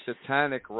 satanic